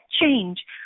change